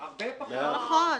הרבה פחות --- לא,